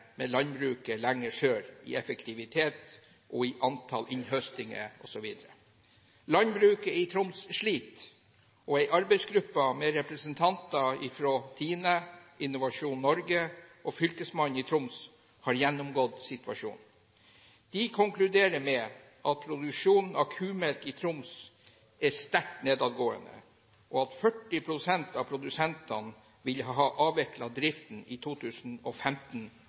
med landbruket lenger sør i effektivitet og i antall innhøstinger osv. Landbruket i Troms sliter, og en arbeidsgruppe med representanter fra TINE, Innovasjon Norge og Fylkesmannen i Troms har gjennomgått situasjonen. De konkluderer med at produksjonen av kumelk i Troms er sterkt nedadgående, at 40 pst. av produsentene vil ha avviklet driften i 2015,